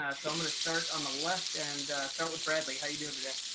ah so i'm going to start on the left and start with bradley, how you doing today?